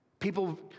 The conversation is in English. People